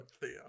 Theo